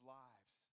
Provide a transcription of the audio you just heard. lives